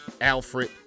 Alfred